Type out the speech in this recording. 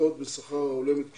ולזכות בשכר ההולם את כישוריהם.